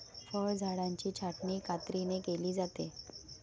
फळझाडांची छाटणी कात्रीने केली जाते